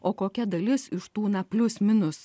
o kokia dalis iš tų na plius minus